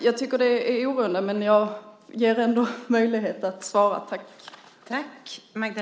Jag tycker att det är oroande, men jag ger ändå möjlighet att svara.